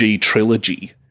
trilogy